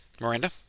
Miranda